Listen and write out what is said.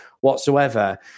whatsoever